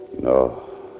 No